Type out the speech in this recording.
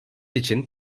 için